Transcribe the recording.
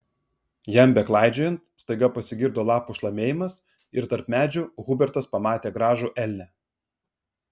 jam beklaidžiojant staiga pasigirdo lapų šlamėjimas ir tarp medžių hubertas pamatė gražų elnią